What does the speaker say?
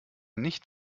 nicht